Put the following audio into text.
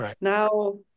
Now